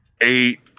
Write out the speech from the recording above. eight